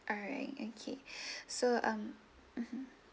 alright okay so um mmhmm